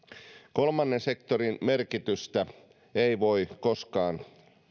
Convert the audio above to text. kolmannen sektorin merkitystä ei voi koskaan